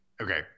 Okay